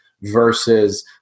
versus